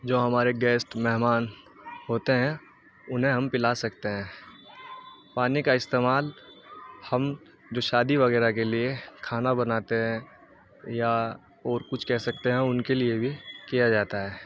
جو ہمارے گیسٹ مہمان ہوتے ہیں انہیں ہم پلا سکتے ہیں پانی کا استعمال ہم جو شادی وغیرہ کے لیے کھانا بناتے ہیں یا اور کچھ کہہ سکتے ہیں ان کے لیے بھی کیا جاتا ہے